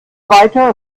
weiter